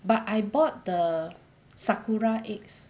but I bought the sakura eggs